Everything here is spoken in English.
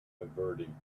averting